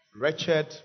wretched